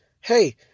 hey